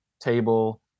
table